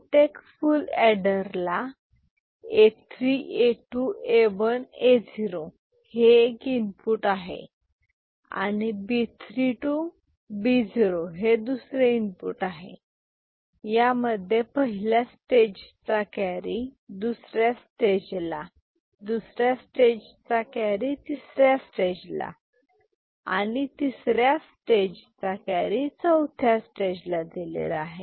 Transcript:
प्रत्येक फूल एडरला A 3 A 2 A 1 A0 हे एक इनपुट आहे आणि B 3 to B0 हे दुसरे इनपुट आहे यामध्ये पहिल्या स्टेजचा कॅरी दुसऱ्या स्टेजला दुसऱ्या स्टेजचा कॅरी तिसऱ्या आणि तिसर्या स्टेजचा कॅरी चौथ्या स्टेजला दिलेला आहे